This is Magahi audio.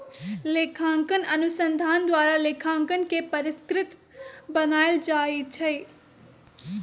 लेखांकन अनुसंधान द्वारा लेखांकन के परिष्कृत बनायल जाइ छइ